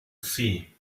see